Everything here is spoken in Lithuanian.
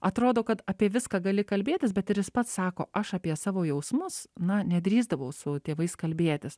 atrodo kad apie viską gali kalbėtis bet ir jis pats sako aš apie savo jausmus na nedrįsdavau su tėvais kalbėtis